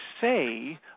say